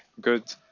good